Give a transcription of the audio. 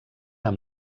amb